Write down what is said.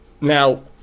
Now